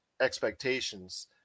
expectations